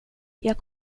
jag